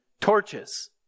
torches